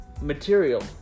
material